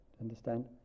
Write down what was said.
understand